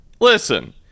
listen